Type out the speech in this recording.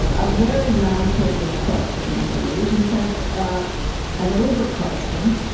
a very non-trivial question i believe in fact a an over question